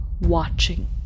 watching